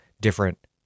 different